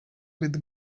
with